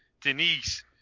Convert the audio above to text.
Denise